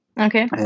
Okay